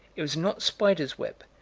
it was not spiders' web,